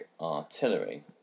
artillery